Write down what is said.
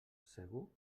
segur